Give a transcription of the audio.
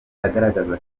agaragaza